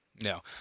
No